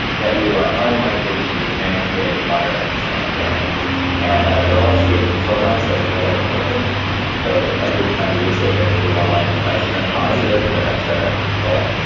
that you are unlikely to be transmitting viruses that day and. ah there will also be a control line set you know that it's working so that every time you use that, there should be one line that does turn positive, but that's a control.